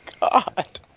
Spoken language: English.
God